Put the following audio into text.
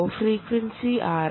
law frequency R